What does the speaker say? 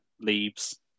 leaves